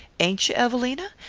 ain't you, evelina?